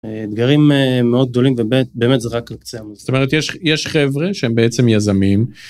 אתגרים מאוד גדולים באמת באמת זה רק קצה זאת אומרת יש יש חברה שהם בעצם יזמים.